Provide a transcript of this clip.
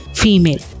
female